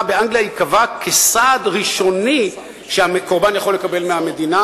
ייקבע כסעד ראשוני שהקורבן יכול לקבל מהמדינה,